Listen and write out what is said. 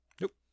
Nope